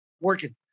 working